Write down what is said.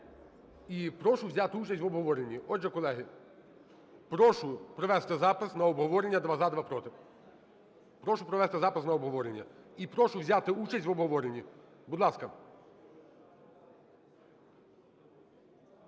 І прошу взяти участь в обговоренні. Отже, колеги, прошу провести запис на обговорення: два – за, два – проти. Прошу провести запис на обговорення і прошу взяти участь в обговоренні, будь ласка.